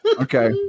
Okay